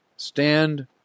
Stand